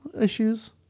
Issues